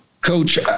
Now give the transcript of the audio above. Coach